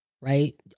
right